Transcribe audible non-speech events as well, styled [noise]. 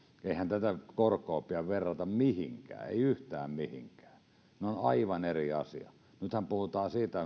eihän tätä korkoa pidä verrata mihinkään ei yhtään mihinkään ne ovat aivan eri asioita nythän puhutaan siitä [unintelligible]